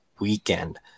weekend